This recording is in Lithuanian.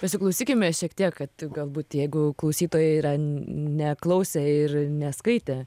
pasiklausykime šiek tiek kad galbūt jeigu klausytojai yra ne klausę ir neskaitę